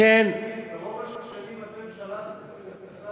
ברוב השנים אתם שלטתם במשרד הפנים נוסף לזה ששלטתם,